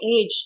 age